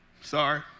sorry